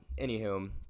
Anywho